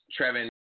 Trevin